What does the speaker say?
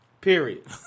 Period